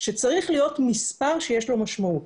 שצריך להיות מספר שיש לו משמעות.